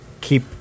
keep